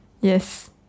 Yes